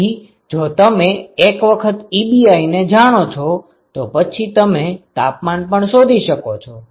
તેથી જો તમે એક વખત Ebi ને જાણો છો તો પછી તમે તાપમાન પણ શોધી શકો છો